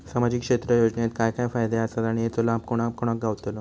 सामजिक क्षेत्र योजनेत काय काय फायदे आसत आणि हेचो लाभ कोणा कोणाक गावतलो?